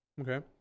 Okay